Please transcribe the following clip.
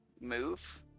move